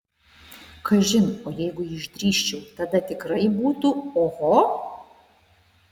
kažin o jeigu išdrįsčiau tada tikrai būtų oho